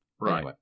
Right